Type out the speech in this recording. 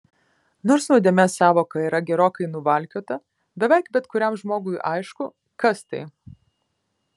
nors nuodėmės sąvoka yra gerokai nuvalkiota beveik bet kuriam žmogui aišku kas tai